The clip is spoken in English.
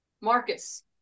Marcus